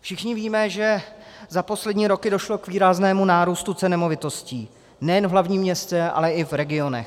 Všichni víme, že za poslední roky došlo k výraznému nárůstu cen nemovitostí nejen v hlavním městě, ale i v regionech.